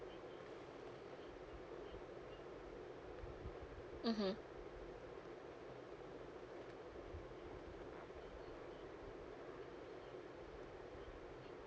mmhmm